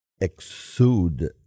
exude